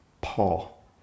Paul